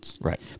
Right